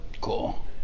Cool